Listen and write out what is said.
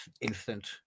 instant